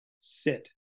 sit